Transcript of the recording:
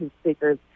speakers